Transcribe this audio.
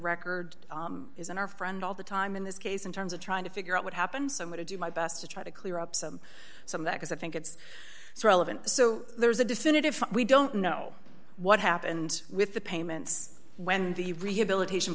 record is and our friend all the time in this case in terms of trying to figure out what happens i'm going to do my best to try to clear up some some of that because i think it's so relevant so there's a definitive we don't know what happened with the payments when the rehabilitation